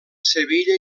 sevilla